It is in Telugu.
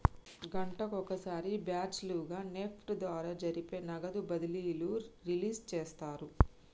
గంటకొక సారి బ్యాచ్ లుగా నెఫ్ట్ ద్వారా జరిపే నగదు బదిలీలు రిలీజ్ చేస్తారు